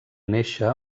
néixer